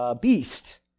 beast